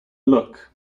look